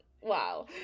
Wow